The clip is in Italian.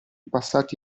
passati